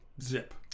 zip